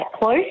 close